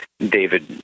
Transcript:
David